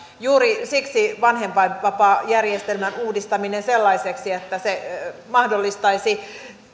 juuri siksi vanhempainvapaajärjestelmän uudistaminen sellaiseksi että se mahdollistaisi